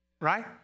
right